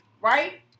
right